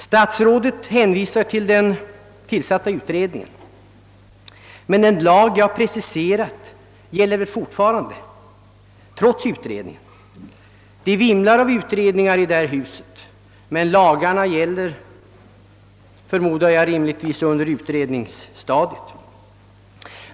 Statsrådet hänvisar till den tillsatta utredningen, men den lag jag hänvisat till gäller väl fortfarande, trots utredningen. Det vimlar av utredningar i detta land, men lagarna gäller, förmodar jag, rimligtvis under utredningsstadiet.